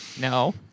no